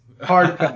Hard